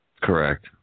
Correct